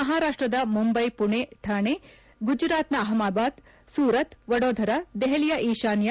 ಮಹಾರಾಪ್ಲದ ಮುಂಬೈ ಪುಣೆ ಠಾಣೆ ಗುಜರಾತ್ನ ಅಹ್ವದಾಬಾದ್ ಸೂರತ್ ವಡೋಧರಾ ದೆಹಲಿಯ ಈಶಾನ್ಲ